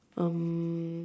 um